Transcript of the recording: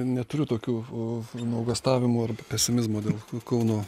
neturiu tokių nuogąstavimų ar pesimizmo dėl kauno